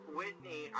Whitney